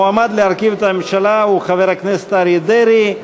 המועמד להרכיב את הממשלה הוא חבר הכנסת אריה דרעי.